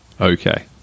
Okay